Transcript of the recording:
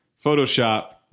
Photoshop